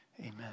Amen